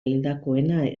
hildakoena